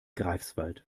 greifswald